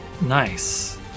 Nice